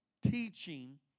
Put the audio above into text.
teaching